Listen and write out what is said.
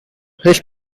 his